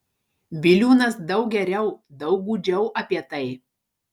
biliūnas daug geriau daug gūdžiau apie tai